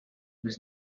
was